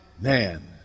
man